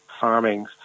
farming